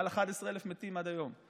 מעל 11,000 מתים עד היום.